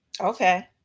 Okay